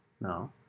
No